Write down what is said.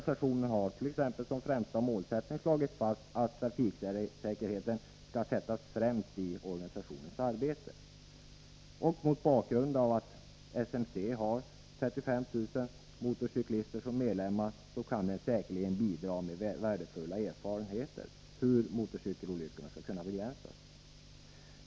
SMC har som sin främsta målsättning slagit fast att trafiksäkerheten skall sättas främst i organisationens arbete. Och mot bakgrund av att den organisationen har ca 35 000 motorcyklister som medlemmar kan den säkerligen bidra med värdefulla erfarenheter om hur mc-olyckorna skall kunna begränsas.